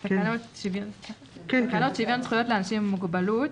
הוראות תקנות שוויון זכויות לאנשים עם מוגבלות